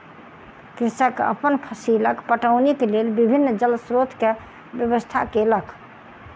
कृषक अपन फसीलक पटौनीक लेल विभिन्न जल स्रोत के व्यवस्था केलक